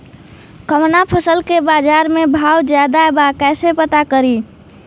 कवना फसल के बाजार में भाव ज्यादा बा कैसे पता करि?